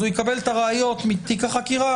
אז הוא יקבל את הראיות מתיק החקירה,